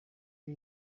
ari